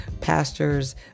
pastors